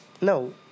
No